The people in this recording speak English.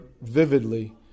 vividly